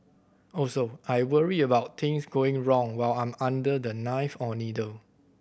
also I worry about things going wrong while I'm under the knife or needle